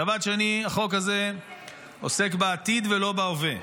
דבר שני, החוק הזה עוסק בעתיד ולא בהווה.